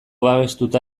babestuta